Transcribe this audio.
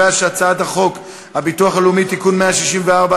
הצעת חוק הביטוח הלאומי (תיקון מס' 164),